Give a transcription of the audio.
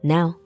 Now